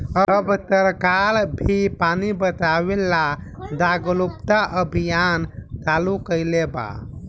अब सरकार भी पानी बचावे ला जागरूकता अभियान चालू कईले बा